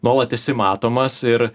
nuolat esi matomas ir